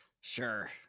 Sure